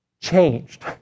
changed